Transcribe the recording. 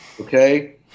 okay